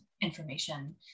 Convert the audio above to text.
information